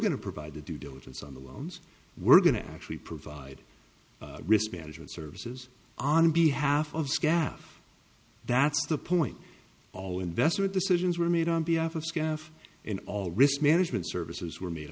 going to provide the due diligence on the loans we're going to actually provide risk management services on behalf of skaf that's the point all investment decisions were made on behalf of staff and all risk management services were made